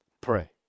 Pray